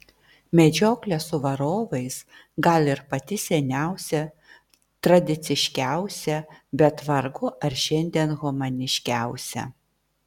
medžioklė su varovais gal ir pati seniausia tradiciškiausia bet vargu ar šiandien humaniškiausia